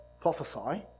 prophesy